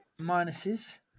minuses